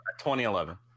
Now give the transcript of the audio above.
2011